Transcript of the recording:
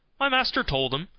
my master told him.